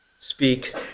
speak